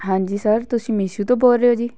ਹਾਂਜੀ ਸਰ ਤੁਸੀਂ ਮੀਸ਼ੂ ਤੋਂ ਬੋਲ ਰਹੇ ਹੋ ਜੀ